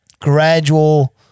gradual